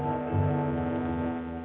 and